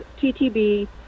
TTB